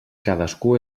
cadascú